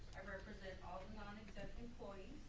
i represent all the non-exempt employees,